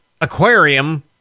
aquarium